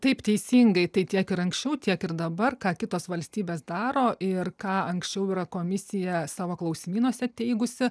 taip teisingai tai tiek ir anksčiau tiek ir dabar ką kitos valstybės daro ir ką anksčiau yra komisija savo klausimynuose teigusi